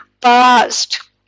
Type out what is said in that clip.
past